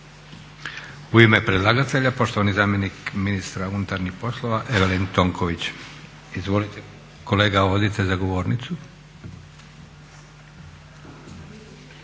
U ime predlagatelja poštovani zamjenik ministra unutarnjih poslova Evelin Tonković. Izvolite kolega, odite za govornicu.